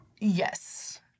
Yes